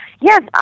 Yes